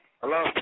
Hello